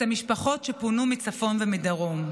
את המשפחות שפונו מצפון ומדרום.